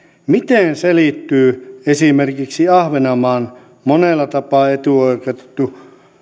miten selittyy esimerkiksi ahvenanmaan monella tapaa etuoikeutettu